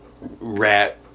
rat